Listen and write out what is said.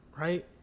right